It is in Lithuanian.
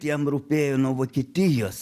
tiem rūpėjo nuo vokietijos